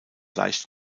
leicht